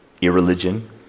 irreligion